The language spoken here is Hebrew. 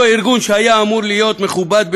אותו ארגון, שהיה אמור להיות מכובד ביותר,